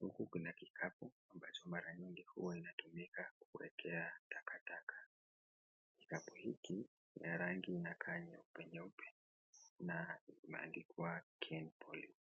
Huku kuna kikapu ambacho mara nyingi huwa inatumika kuwekea takataka. Kikapu hiki ni ya yangi inakaa nyeupe nyeupe na imeandikwa kenpoly